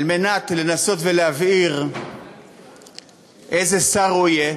כדי לנסות להבהיר איזה שר הוא יהיה,